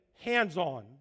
hands-on